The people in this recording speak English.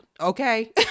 okay